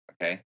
Okay